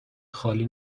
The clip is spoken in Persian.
خالی